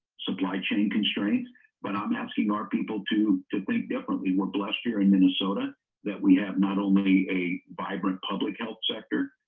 supply chain constraints but i'm asking our people to to think differently we're blessed here in minnesota that we have not only a vibrant public health sector